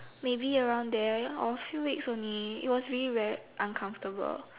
maybe around there or a few weeks only it was really very uncomfortable